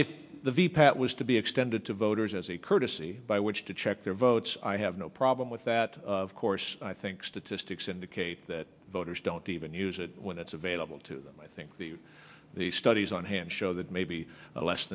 if the v p that was to be extended to voters as a courtesy by which to check their votes i have no problem with that of course i think statistics indicate that voters don't even use it when it's available to them i think the the studies on hand show that maybe less